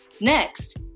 next